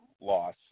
loss